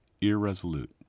irresolute